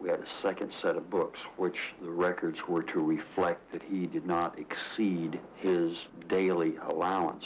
we have a second set of books which the records were to reflect that he did not exceed his daily allowance